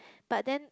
but then